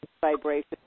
vibration